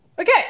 Okay